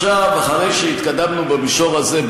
אחרי שהתקדמנו במישור הזה,